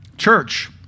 church